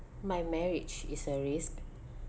my marriage is a risk